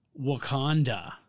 Wakanda